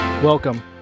Welcome